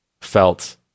felt